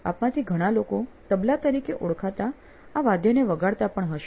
આપમાંથી ઘણા લોકો તબલા તરીકે ઓળખાતા આ વાદ્યને વગાડતા પણ હશો